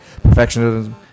perfectionism